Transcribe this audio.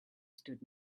stood